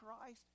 Christ